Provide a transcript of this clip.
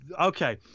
okay